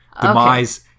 Demise